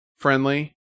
Friendly